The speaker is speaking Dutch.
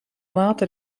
water